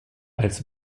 als